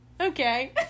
Okay